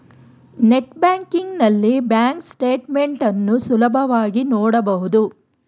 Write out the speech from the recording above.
net banking ನಲ್ಲಿ bank statement ಅನ್ನು ಸುಲಭವಾಗಿ ನೋಡಬಹುದು